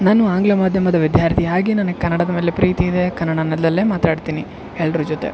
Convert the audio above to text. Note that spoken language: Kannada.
ನಾನು ಆಂಗ್ಲ ಮಾಧ್ಯಮದ ವಿದ್ಯಾರ್ಥಿ ಹಾಗೇ ನನಗೆ ಕನ್ನಡದ ಮೇಲೆ ಪ್ರೀತಿ ಇದೆ ಕನಡದಲ್ಲೇ ಮಾತಾಡ್ತೀನಿ ಎಲ್ರು ಜೊತೆ